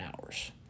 hours